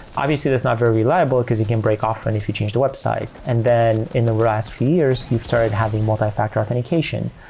obviously, that's not very reliable because it can break off and if you change the website. and then in the last few years, you've started having multifactor authentication.